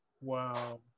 Wow